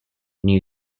new